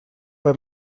bei